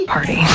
Party